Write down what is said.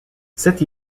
cette